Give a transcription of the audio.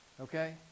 Okay